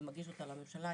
ומגיש אותה לממשלה.